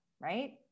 right